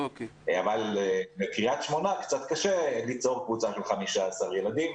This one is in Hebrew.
אבל בקריית שמונה קצת קשה ליצור קבוצה של 15 ילדים,